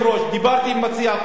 דיברתי עם מציע החוק,